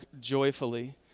joyfully